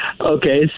Okay